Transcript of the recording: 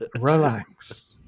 relax